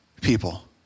people